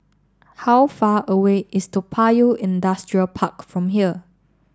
how far away is Toa Payoh Industrial Park from here